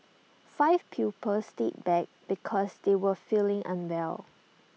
five pupils stayed back because they were feeling unwell